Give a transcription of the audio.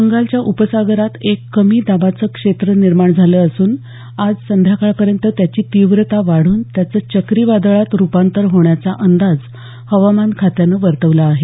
बंगालच्या उपसागरात एक कमी दाबाचं क्षेत्र निर्माण झालं असून आज संध्याकाळी पर्यंत त्याची तीव्रता वाढून त्याचं चक्रीवादळात रूपांतर होण्याचा अंदाज हवामान खात्यानं वर्तवला आहे